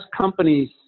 companies